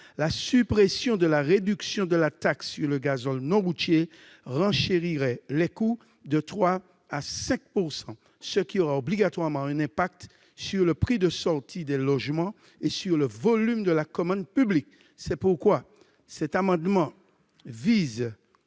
La suppression de la réduction de la taxe sur le gazole non routier renchérirait les coûts de 3 % à 5 %, ce qui aurait nécessairement un impact sur le prix de sortie des logements et sur le volume de la commande publique. C'est pourquoi cet amendement vise,